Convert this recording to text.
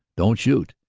don't shoot,